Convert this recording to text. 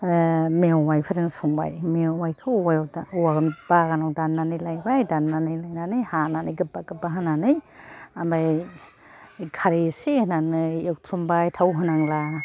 ओह मेवाइफोरजों संबाय मेवाइखौ औवाया दा औवा बागानआव दानानै लायबाय दान्नानै लायनानै हानानै गोबा गोबा हानानै ओमफाय खारै एसे होनानै एवथ्रमबाय थाव होनांला